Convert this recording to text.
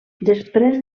després